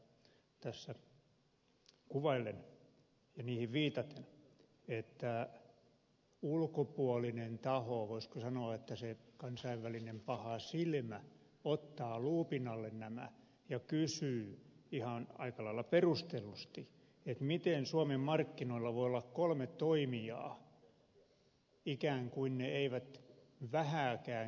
tuotteita tässä kuvaillen ja niihin viitaten että ulkopuolinen taho voisiko sanoa että se kansainvälinen paha silmä ottaa luupin alle nämä ja kysyy aika lailla perustellusti miten suomen markkinoilla voi olla kolme toimijaa ikään kuin ne eivät vähääkään kilpailisi keskenään